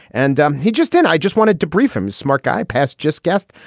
and um he just did. i just wanted to brief him. smart guy, pass, just guest.